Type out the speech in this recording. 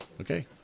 Okay